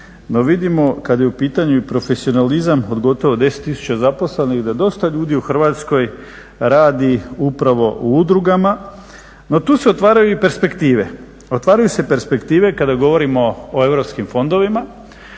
no vidimo kad je u pitanju i profesionalizam od gotovo 10 tisuća zaposlenih da dosta ljudi u Hrvatskoj radi upravo u udrugama, no tu se otvaraju i perspektive. Otvaraju se perspektive kada govorimo o europskim fondovima